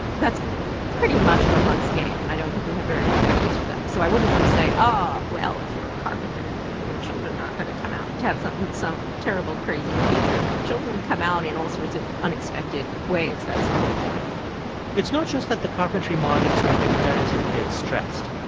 that's pretty much a mug's game. and i don't think we have very much evidence for that. so i wouldn't want to say, ah, well, if you're a carpenter, then your children are going to come out and to have some some terrible, crazy feature. children come out in all sorts of unexpected ways. that's the whole point it's not just that the carpentry model is making parents and kids stressed.